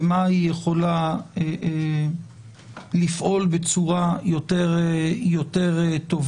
במה היא יכולה לפעול בצורה יותר טובה.